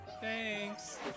Thanks